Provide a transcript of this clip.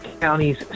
counties